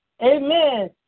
Amen